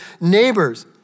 neighbors